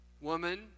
woman